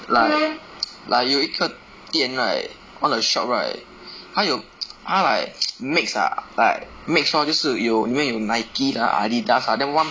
like like 有一个店 right one of the shop right 它有它 like mix ah like mix loh 就是有里面有 Nike ah Adidas ah then one